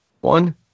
one